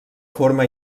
forma